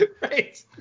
Right